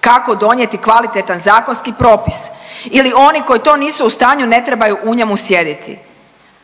kako donijeti kvalitetan zakonski propis. Ili oni koji to nisu u stanju ne trebaju u njemu sjediti,